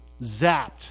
zapped